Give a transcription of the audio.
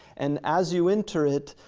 and as you enter it,